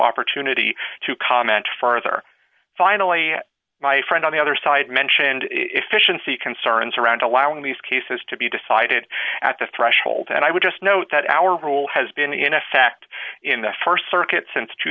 opportunity to comment further finally my friend on the other side mentioned efficiency concerns around allowing these cases to be decided at the threshold and i would just note that our rule has been in effect in the st circuit since two